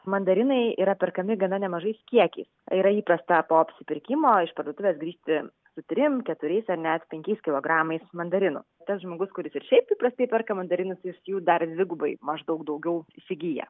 mandarinai yra perkami gana nemažais kiekiais yra įprasta po apsipirkimo iš parduotuvės grįžti su trim keturiais ar net penkiais kilogramais mandarinų tas žmogus kuris ir šiaip įprastai perka mandarinus jis jų dar dvigubai maždaug daugiau įsigyja